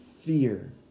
Fear